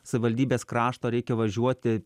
savivaldybės krašto reikia važiuoti